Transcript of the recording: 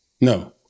No